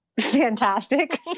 fantastic